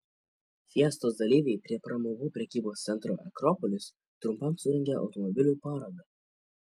fiestos dalyviai prie pramogų prekybos centro akropolis trumpam surengė automobilių parodą